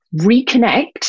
Reconnect